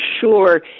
sure